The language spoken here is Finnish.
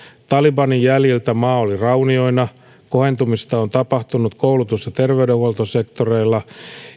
talibanin jäljiltä maa oli raunioina kohentumista on tapahtunut koulutus ja terveydenhuoltosektoreilla